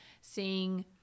seeing